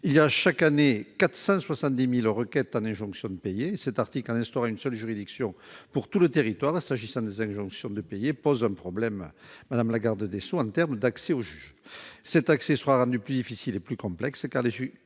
Il y a chaque année 470 000 requêtes en injonction de payer. Cet article, en instaurant une seule juridiction pour tout le territoire s'agissant des injonctions de payer, pose un problème en termes d'accès au juge. Cet accès sera rendu plus difficile et plus complexe,